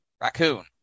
Raccoon